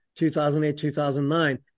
2008-2009